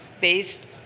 based